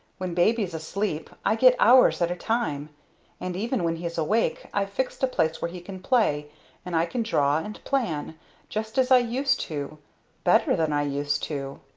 when baby's asleep i get hours at a time and even when he's awake i've fixed a place where he can play and i can draw and plan just as i used to better than i used to!